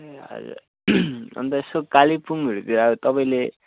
ए हजुर अन्त यसो कालेबुङहरूतिर अब तपाईँले